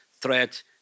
threat